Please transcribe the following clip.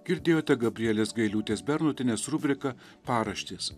girdėjote gabrielės gailiūtės bernotienės rubriką paraštės